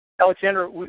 Alexander